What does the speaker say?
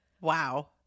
wow